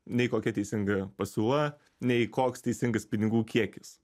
nei kokia teisinga pasiūla nei koks teisingas pinigų kiekis